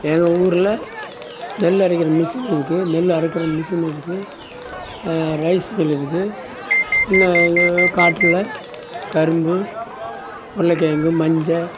எங்கள் ஊரில் நெல் அரைக்கிற மிஷின் இருக்கு நெல் அரைக்கிற மிஷின் இருக்கு ரைஸ் மில் இருக்கு இன்னொன்று காட்டில் கரும்பு உருளைக்கிழங்கு மஞ்ச